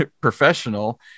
professional